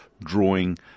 drawing